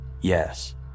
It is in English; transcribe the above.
yes